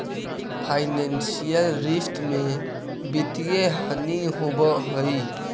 financial रिश्त में वित्तीय हानि होवऽ हई